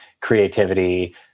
creativity